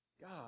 God